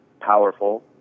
powerful